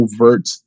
overt